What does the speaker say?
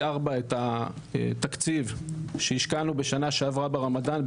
ארבע את התקציב שהשקענו בשנה שעברה ברמדאן,